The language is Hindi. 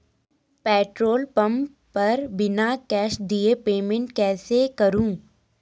पेट्रोल पंप पर बिना कैश दिए पेमेंट कैसे करूँ?